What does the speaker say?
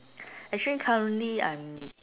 actually currently I'm